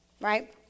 Right